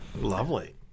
Lovely